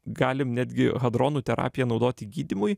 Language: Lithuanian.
galim netgi hadronų terapiją naudoti gydymui